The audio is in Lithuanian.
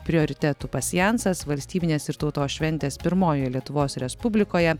prioritetų pasjansas valstybinės ir tautos šventės pirmojoje lietuvos respublikoje